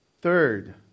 Third